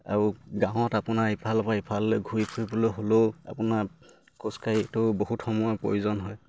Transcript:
আৰু গাঁৱত আপোনাৰ ইফালৰ পৰা ইফালে ঘূৰি ফুৰিবলৈ হ'লেও আপোনাৰ খোজকাঢ়িটো বহুত সময়ৰ প্ৰয়োজন হয়